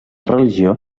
religió